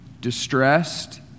distressed